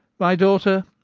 my daughter,